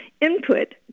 input